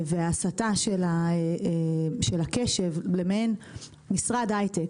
וההסתה של הקשב למעין משרד הייטק,